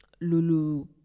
Lulu